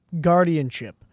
guardianship